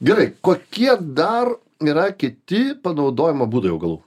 gerai kokie dar yra kiti panaudojimo būdai augalų